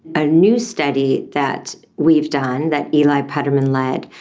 a new study that we've done that eli puterman led,